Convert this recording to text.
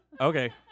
Okay